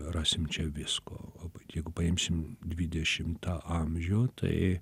rasim čia visko jeigu paimsim dvidešimtą amžių tai